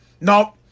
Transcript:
Nope